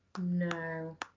no